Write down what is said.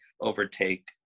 overtake